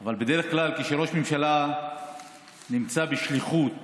אבל בדרך כלל כשראש ממשלה נמצא בשליחות